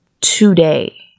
today